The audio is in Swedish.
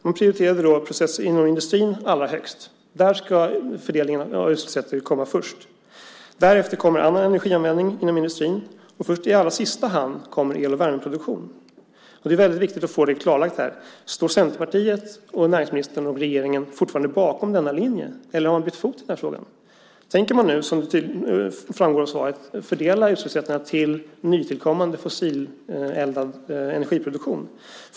Man prioriterade då processindustrin allra högst - där ska fördelningen av utsläppsrätter komma först. Därefter kommer annan energianvändning inom industrin, och i allra sista hand kommer el och värmeproduktion. Det är väldigt viktigt att få det klarlagt här: Står Centerpartiet, näringsministern och regeringen fortfarande bakom denna linje, eller har de bytt fot i frågan? Tänker man nu, som framgår av svaret, fördela utsläppsrätterna till nytillkommande fossileldad energiproduktion?